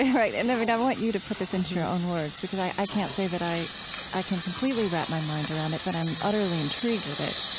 yeah right? and um i want you to put this into your own words, because i i can't say that i i can completely wrap my mind around it, but i'm utterly intrigued with it.